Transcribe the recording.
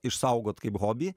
išsaugot kaip hobį